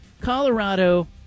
Colorado